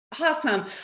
Awesome